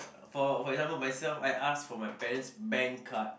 for for example myself I ask for my parent's bank card